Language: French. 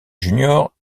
junior